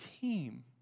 team